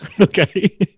Okay